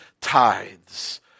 tithes